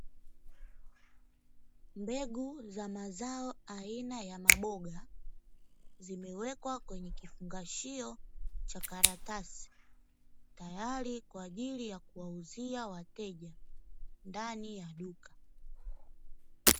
Mbegu za mazao aina ya maboga, zimewekwa kwenye kifungashio cha karatasi tayari kwa ajili ya kuwauzia wateja ndani ya duka.